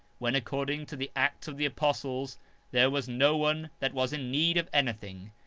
when according to the acts of the apostles there was no one that was in need of anything,